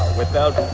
without